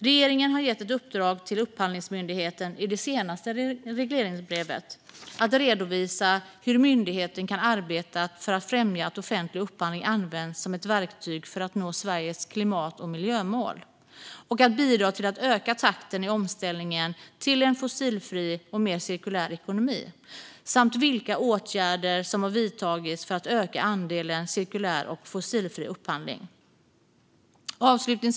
Regeringen gav i sitt senaste regleringsbrev Upphandlingsmyndigheten i uppdrag att redovisa hur myndigheten arbetar för att främja att offentlig upphandling används som ett verktyg för att nå Sveriges klimat och miljömål och bidra till att öka takten i omställningen till en fossilfri och mer cirkulär ekonomi och vilka åtgärder som har vidtagits för att öka andelen cirkulär och fossilfri upphandling. Fru talman!